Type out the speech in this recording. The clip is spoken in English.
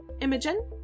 imogen